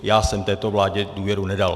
Já jsem této vládě důvěru nedal.